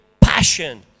passion